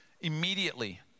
immediately